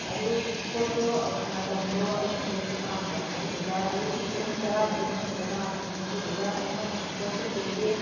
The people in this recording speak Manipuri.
ꯑꯗꯨ ꯄꯣꯠꯇꯣ ꯃꯇꯝꯗꯣ ꯑꯩꯅ ꯑꯌꯨꯛꯇꯣ ꯄꯥꯝꯕ ꯑꯗꯨꯗꯨꯒ ꯑꯌꯨꯛꯀꯤ ꯄꯨꯡ ꯇꯔꯥꯕꯨꯛꯀꯤ ꯃꯅꯨꯡꯗ ꯄꯥꯝꯃꯦ ꯑꯗꯨꯗꯨꯒ ꯑꯩꯅ ꯄꯣꯠꯆꯩꯈꯩꯁꯦ